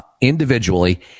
individually